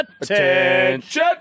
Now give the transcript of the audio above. Attention